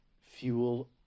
fuel